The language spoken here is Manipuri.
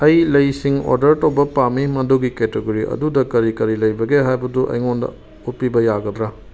ꯑꯩ ꯂꯩꯁꯤꯡ ꯑꯣꯔꯗꯔ ꯇꯧꯕ ꯄꯥꯝꯃꯤ ꯃꯗꯨꯒꯤ ꯀꯦꯇꯒꯣꯔꯤ ꯑꯗꯨꯗ ꯀꯔꯤ ꯀꯔꯤ ꯂꯩꯕꯒꯦ ꯍꯥꯏꯕꯗꯨ ꯑꯩꯉꯣꯟꯗ ꯎꯠꯄꯤꯕ ꯌꯥꯒꯗ꯭ꯔ